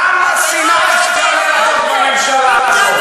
כמה שנאה אפשר ללבות בממשלה הזאת?